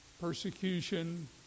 persecution